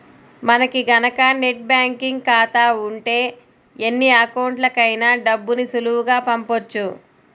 మనకి గనక net banking ఖాతా ఉంటే ఎన్ని అకౌంట్లకైనా డబ్బుని సులువుగా పంపొచ్చు